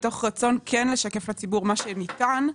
מתוך רצון כן לשקף לציבור מה שניתן,